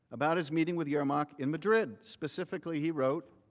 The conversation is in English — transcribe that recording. about his meeting with yermak in madrid. specifically he wrote,